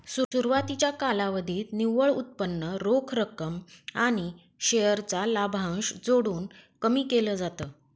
सुरवातीच्या कालावधीत निव्वळ उत्पन्न रोख रक्कम आणि शेअर चा लाभांश जोडून कमी केल जात